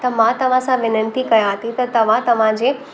त मां तव्हांसां वेनती कयां थी त तव्हां तव्हांजे